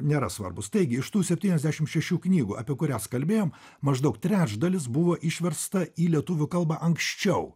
nėra svarbūs taigi iš tų septyniasdešim šešių knygų apie kurias kalbėjom maždaug trečdalis buvo išversta į lietuvių kalbą anksčiau